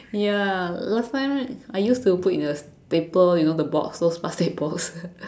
ya last time I used to put in a paper you know the box those plastic box